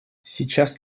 сейчас